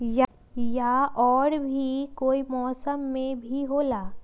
या और भी कोई मौसम मे भी होला?